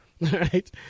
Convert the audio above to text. right